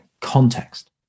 context